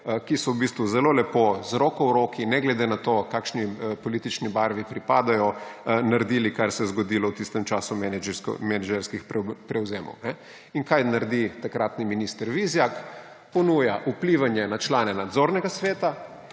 ki so v bistvu zelo lepo, z roko v roki, ne glede na to, kakšni politični barvi pripadajo, naredili, kar se je zgodilo v tistem času menedžerskih prevzemov. In kaj naredi takratni minister Vizjak? Ponuja vplivanje na člane nadzornega sveta